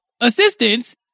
assistance